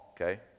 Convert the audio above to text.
okay